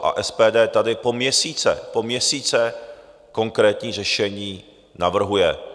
A SPD tady po měsíce po měsíce konkrétní řešení navrhuje.